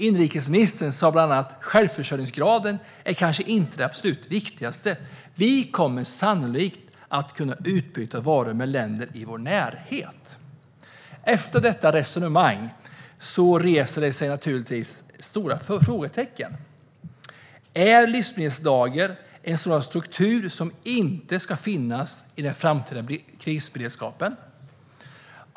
Inrikesministern sa bland annat att självförsörjningsgraden kanske inte är det absolut viktigaste och att vi sannolikt kommer att kunna utbyta varor med länder i vår närhet. Detta resonemang reser naturligtvis stora frågetecken. Är livsmedelslager en sådan struktur som inte ska finnas i den framtida krisberedskapen?